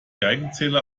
geigerzähler